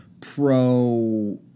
pro-